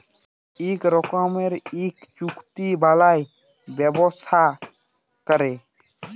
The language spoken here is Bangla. ইক রকমের ইক চুক্তি বালায় ব্যবসা ক্যরে